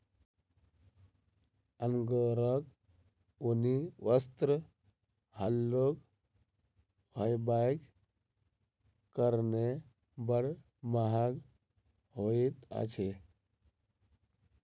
अंगोराक ऊनी वस्त्र हल्लुक होयबाक कारणेँ बड़ महग होइत अछि